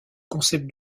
concept